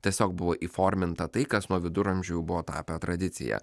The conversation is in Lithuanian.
tiesiog buvo įforminta tai kas nuo viduramžių buvo tapę tradicija